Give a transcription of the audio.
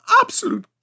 absolute